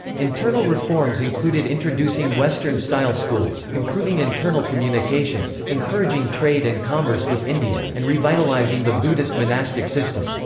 internal reforms included introducing western-style schools, improving internal communications, encouraging trade and commerce with india, and revitalizing the buddhist monastic system.